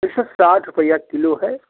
एक सौ साठ रुपया किलो है